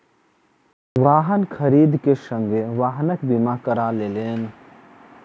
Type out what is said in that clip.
वाहन खरीद के संगे वाहनक बीमा करा लेलैन